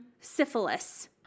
syphilis